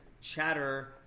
chatter